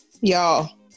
Y'all